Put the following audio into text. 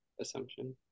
assumption